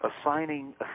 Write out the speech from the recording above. assigning